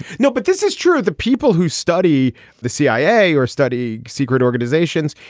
no, but this is true of the people who study the cia or study secret organizations.